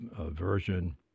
version